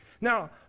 Now